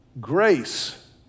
Grace